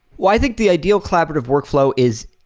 well, i think the ideal collaborative workflow is,